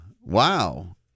Wow